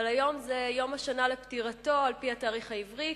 אבל היום זה יום השנה לפטירתו על-פי התאריך העברי,